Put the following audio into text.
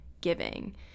giving